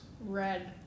Red